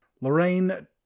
Lorraine